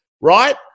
right